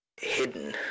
hidden